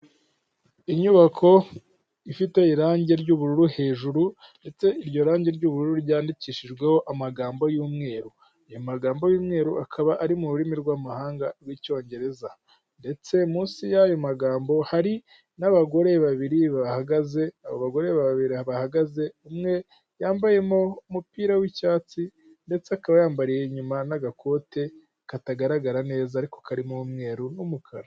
Inyubako ifite irangi ry'ubururu hejuru,, ndetse iryo rangi ry'ubururu ryandikishijweho amagambo y'umweru, ayo magambo y'umweru akaba ari mu rurimi rw'amahanga rw'Icyongereza, ndetse munsi y'ayo magambo hari abagore babiri bahagaze, abo bagore babiri bahagaze, umwe yambaye umupira w'icyatsi ndetse akaba yambariye inyuma n'agakote katagaragara neza ariko karimo umweru n'umukara.